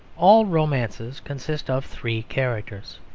all romances consist of three characters.